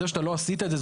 זה שלא עשית את זה,